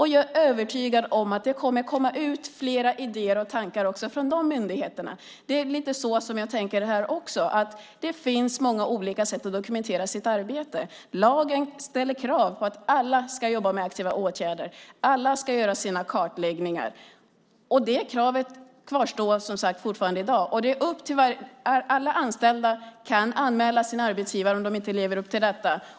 Jag är övertygad om att det kommer att komma ut flera idéer och tankar från de myndigheterna. Det är lite så jag tänker här. Det finns många olika sätt att dokumentera sitt arbete på. Lagen ställer krav på att alla ska jobba med aktiva åtgärder, att alla ska göra sina kartläggningar. Det kravet kvarstår fortfarande i dag. Alla anställda kan anmäla sina arbetsgivare om de inte lever upp till detta.